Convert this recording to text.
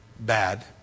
Bad